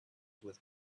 with